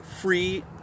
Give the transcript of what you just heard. free